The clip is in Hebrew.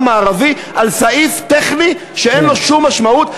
מערבי על סעיף טכני שאין לו שום משמעות.